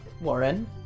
Warren